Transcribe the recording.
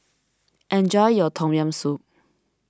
enjoy your Tom Yam Soup